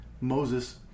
Moses